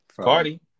Cardi